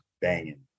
banging